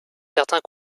certains